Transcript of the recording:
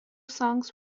songs